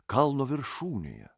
kalno viršūnėje